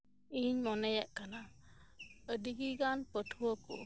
ᱤᱧᱤᱧ ᱢᱚᱱᱮᱭᱮᱫ ᱠᱟᱱᱟ ᱟᱹᱰᱤ ᱜᱟᱱ ᱯᱟᱹᱴᱷᱣᱟᱹ ᱠᱚ